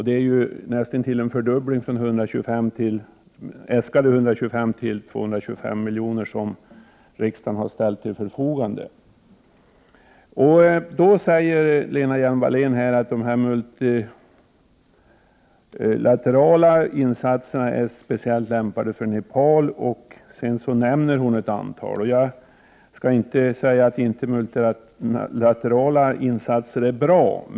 Det är i det närmaste en fördubbling från äskade 125 milj.kr. till de 225 milj.kr.som riksdagen ställt till förfogande för detta ändamål. Lena Hjelm-Wallén säger i svaret att de multilaterala insatserna är speciellt lämpade för Nepal. Hon nämner i sammanhanget ett antal multilaterala insatser. Jag skall inte säga att multilaterala insatser inte är bra.